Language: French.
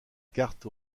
carte